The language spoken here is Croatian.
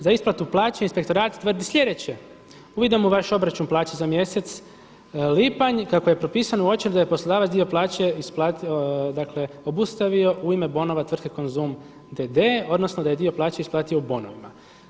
Za isplatu plaće inspektorat tvrdi sljedeće: „Uvidom u vaš obračun plaće za mjesec lipanj kako je propisano uočeno je da je poslodavac dio plaće isplatio, dakle obustavio u ime bonova tvrtke Konzum d.d. odnosno da je dio plaće isplatio u bonovima“